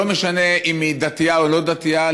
לא משנה אם היא דתייה או לא דתייה,